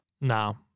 No